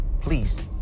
please